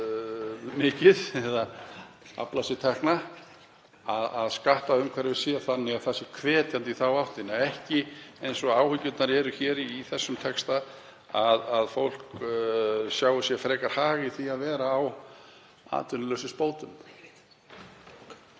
mikilvægt að skattumhverfið sé þannig að það sé hvetjandi í þá áttina, en ekki eins og áhyggjurnar eru í þessum texta, að fólk sjái sér frekar hag í því að vera á atvinnuleysisbótum.